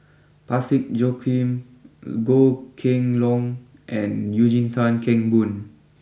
Parsick Joaquim Goh Kheng long and Eugene Tan Kheng Boon